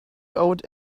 owed